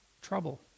trouble